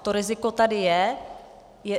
To riziko tady je.